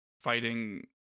fighting